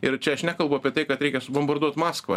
ir čia aš nekalbu apie tai kad reikia subombarduot maskvą